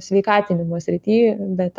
sveikatinimo srity bet